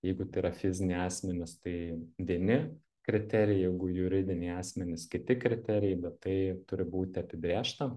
jeigu tai yra fiziniai asmenys tai vieni kriterijai jeigu juridiniai asmenys kiti kriterijai bet tai turi būti apibrėžta